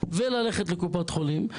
וללכת לקופת חולים,